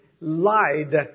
lied